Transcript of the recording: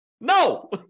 No